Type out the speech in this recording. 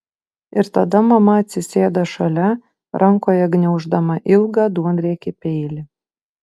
ir tada mama atsisėda šalia rankoje gniauždama ilgą duonriekį peilį